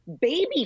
baby